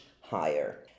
higher